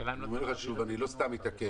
אני לא סתם מתעקש.